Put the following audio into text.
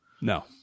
No